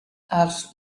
els